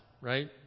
right